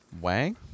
Wang